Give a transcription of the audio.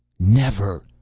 never!